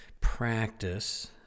practice